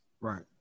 Right